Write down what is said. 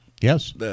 Yes